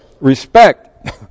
respect